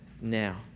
now